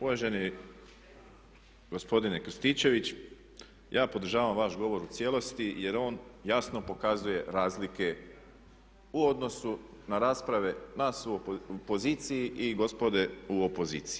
Uvaženi gospodine Krstičević, ja podržavam vaš govor u cijelosti jer on jasno pokazuje razlike u odnosu na rasprave nas u opoziciji i gospode u opoziciji.